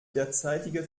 derzeitige